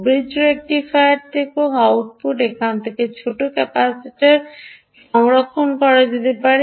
bridge rectifier এবং output এখানে একটি ছোট ক্যাপাসিটারে সংরক্ষণ করা যেতে পারে